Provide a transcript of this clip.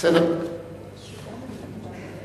יושב-ראש הכנסת,